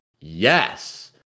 yes